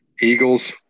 Eagles